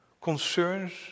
concerns